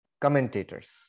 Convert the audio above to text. commentators